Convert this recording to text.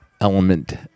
element